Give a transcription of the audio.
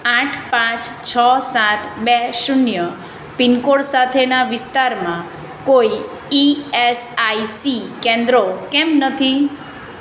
આઠ પાંચ છ સાત બે શૂન્ય પિનકોડ સાથેના વિસ્તારમાં કોઈ ઇ એસ આઇ સી કેન્દ્રો કેમ નથી